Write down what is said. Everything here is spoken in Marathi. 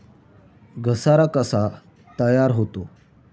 घसारा कसा तयार होतो?